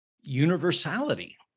universality